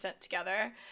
together